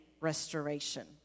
restoration